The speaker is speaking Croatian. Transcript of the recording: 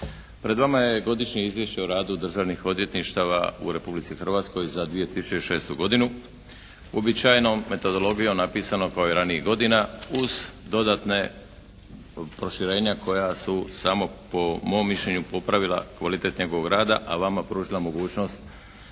Pred vama je Godišnje izvješće o radu državnih odvjetništava u Republici Hrvatskoj za 2006. godinu. Uobičajenom metodologijom napisano kao i ranijih godina uz dodatna proširenja koja su samo po mom mišljenju popravila kvalitet njegovog rada, a vama pružilo mogućnost